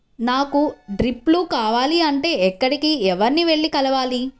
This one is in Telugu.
నాకు డ్రిప్లు కావాలి అంటే ఎక్కడికి, ఎవరిని వెళ్లి కలవాలి?